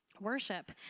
worship